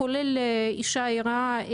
כולל אישה הרה.